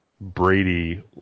Brady